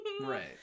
Right